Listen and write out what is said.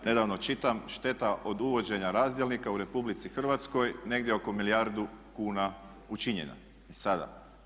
Nedavno čitam šteta od uvođenja razdjelnika u RH negdje oko milijardu kuna učinjena sada.